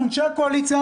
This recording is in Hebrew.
אנשי הקואליציה,